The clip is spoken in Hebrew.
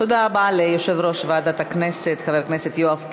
תודה רבה ליושב-ראש ועדת הכנסת חבר הכנסת יואב קיש.